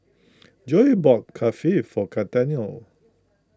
Joey bought Kulfi for Gaetano